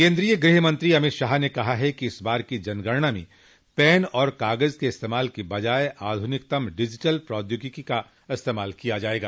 केन्द्रीय गृहमंत्री अमित शाह ने कहा है कि इस बार की जनगणना में पेन और कागज के इस्तेमाल की बजाय आधुनिकतम डिजिटल प्रौद्योगिकी का इस्तेमाल किया जायेगा